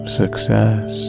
success